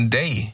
day